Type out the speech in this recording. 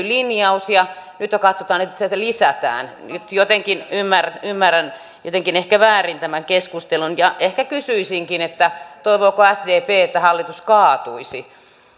linjaus ja nyt katsotaan että sieltä lisätään nyt jotenkin ymmärrän ehkä väärin tämän keskustelun ja kysyisinkin toivooko sdp että hallitus kaatuisi